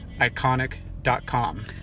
iconic.com